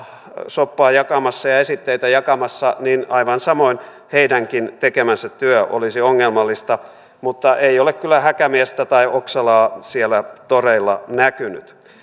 soppaa ja esitteitä jakamassa niin aivan samoin heidänkin tekemänsä työ olisi ongelmallista mutta ei ole kyllä häkämiestä tai oksalaa siellä toreilla näkynyt